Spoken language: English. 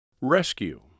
rescue